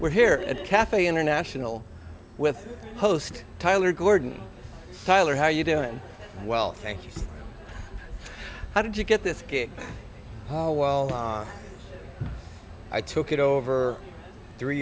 we're here at cafe international with host tyler gordon tyler how you doing well thank you how did you get this how well i took it over three